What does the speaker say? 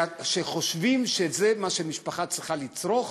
שחושבים שזה מה שמשפחה צריכה לצרוך,